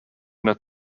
that